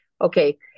Okay